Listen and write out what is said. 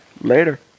later